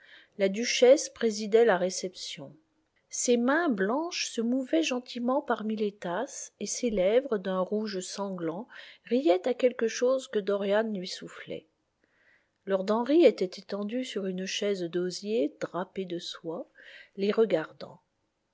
la duchesse présidait la réception ses mains blanches se mouvaient gentiment parmi les tasses et ses lèvres d'un rouge sanglant riaient à quelque chose que dorian lui soufflait lord henry était étendu sur une chaise d'osier drapée de soie les regardant